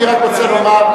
אני רק רוצה לומר,